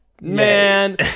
Man